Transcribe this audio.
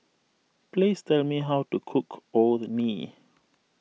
please tell me how to cook Orh Nee